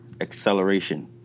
acceleration